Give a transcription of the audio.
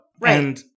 Right